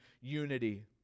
unity